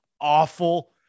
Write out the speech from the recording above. awful